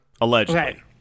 Allegedly